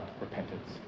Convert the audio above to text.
repentance